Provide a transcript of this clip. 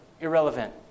irrelevant